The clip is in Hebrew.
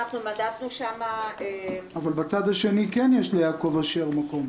מדדנו שם -- אבל בצד השני יש ליעקב אשר מקום.